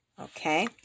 Okay